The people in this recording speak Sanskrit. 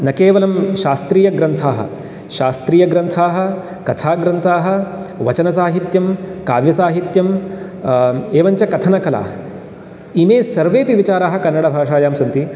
न केवलं शास्त्रियग्रन्थाः शास्त्रियग्रन्थाः कथाग्रन्थाः वचनसाहित्यं काव्यसाहित्यं एवञ्च कथनकला इमे सर्वेपि विचारः कन्नडभाषायां सन्ति